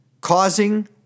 Causing